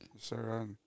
Sir